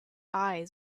eyes